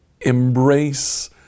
embrace